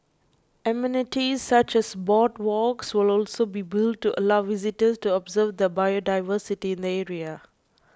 amenities such as boardwalks will also be built to allow visitors to observe the biodiversity in the area